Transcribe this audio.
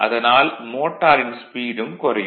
அதனால் மோட்டாரின் ஸ்பீடும் குறையும்